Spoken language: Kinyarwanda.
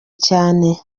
cyane